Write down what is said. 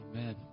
Amen